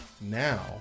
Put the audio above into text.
now